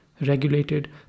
regulated